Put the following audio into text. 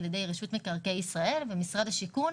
ידי רשות מקרקעי ישראל ומשרד השיכון,